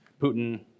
Putin